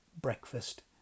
breakfast